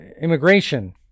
immigration